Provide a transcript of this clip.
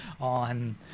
on